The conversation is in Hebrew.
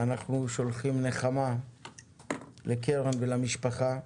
אנחנו שולחים נחמה לקרן ולמשפחה.